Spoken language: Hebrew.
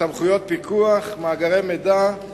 סמכויות פיקוח, מאגרי מידע,